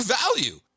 Value